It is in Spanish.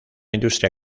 industria